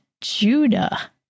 Judah